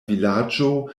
vilaĝo